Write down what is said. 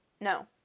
No